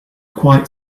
quite